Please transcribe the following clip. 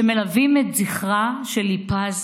שמלווים, וזכרה של ליפז